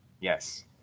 Yes